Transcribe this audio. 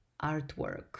artwork